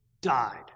died